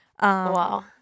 Wow